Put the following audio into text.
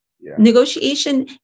Negotiation